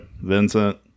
Vincent